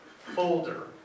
folder